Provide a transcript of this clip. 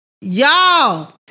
y'all